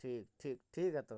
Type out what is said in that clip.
ᱴᱷᱤᱠ ᱴᱷᱤᱠ ᱴᱷᱤᱠ ᱜᱮᱭᱟ ᱛᱚᱵᱮ